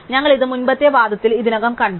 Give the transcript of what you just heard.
ഞങ്ങൾ ഇത് മുമ്പത്തെ വാദത്തിൽ ഇതിനകം കണ്ടു